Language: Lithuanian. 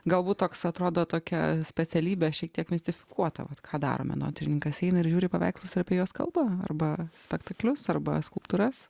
galbūt toks atrodo tokia specialybė šiek tiek mistifikuota vat ką daro menotyrininkas eina ir žiūri paveikslus ir apie juos kalba arba spektaklius arba skulptūras